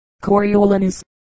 Coriolanus